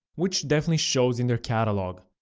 which definitely shows in their catalog.